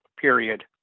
period